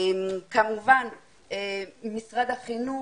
כמובן משרד החינוך.